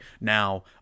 now